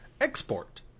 export